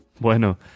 Bueno